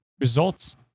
results